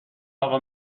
اقا